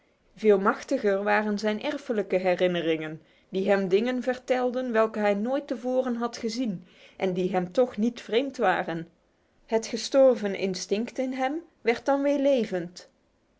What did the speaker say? veel machtiger waren zijn hereditaire herinneringen die hem dingen vertelden welke hij nooit te voren had gezien en die hem toch niet vreemd waren het gestorven instinct in hem werd dan weer levend